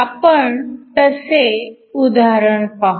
आपण तसे उदाहरण पाहू